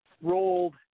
rolled